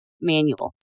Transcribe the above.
manual